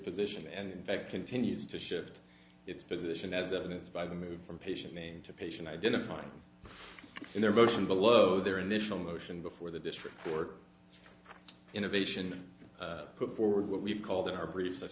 position and in fact continues to shift its position as evidenced by the move from patient name to patient identifying in their motion below their initial motion before the district court innovation put forward what we've called in our brief